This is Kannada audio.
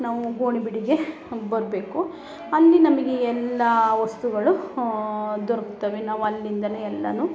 ನಾವು ಗೋಣಿಬೀಡಿಗೆ ಬರಬೇಕು ಅಲ್ಲಿ ನಮಗೆ ಎಲ್ಲ ವಸ್ತುಗಳು ದೊರಕ್ತವೆ ನಾವು ಅಲ್ಲಿಂದ ಎಲ್ಲ